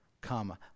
Come